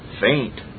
faint